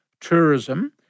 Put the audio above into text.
tourism